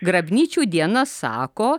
grabnyčių diena sako